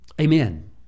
Amen